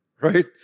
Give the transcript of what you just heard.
right